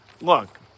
Look